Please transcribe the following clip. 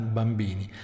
bambini